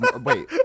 Wait